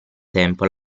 tempo